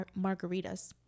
Margaritas